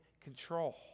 control